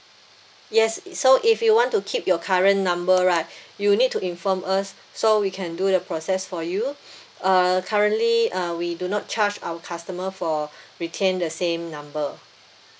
yes so if you want to keep your current number right you need to inform us so we can do the process for you uh currently uh we do not charge our customer for retain the same number